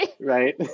Right